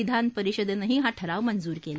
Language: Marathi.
विधानपरिषदेनंही हा ठराव मंजूर केला